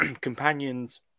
companions